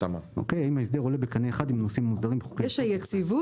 האם ההסדר עולה בקנה אחד -- יש היציבות,